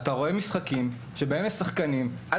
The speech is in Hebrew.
אתה רואה משחקים שבהם יש שחקנים שעל